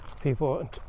People